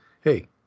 Hey